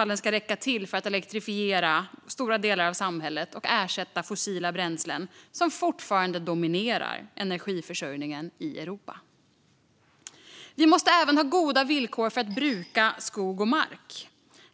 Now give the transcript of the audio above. om den ska räcka till att elektrifiera stora delar av samhället och ersätta fossila bränslen, som fortfarande dominerar energiförsörjningen i Europa. Vi måste även ha goda villkor för att bruka skog och mark.